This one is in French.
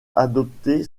adopté